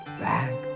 back